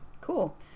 Cool